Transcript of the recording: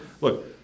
look